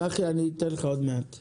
צחי, עוד מעט אתן לך לדבר.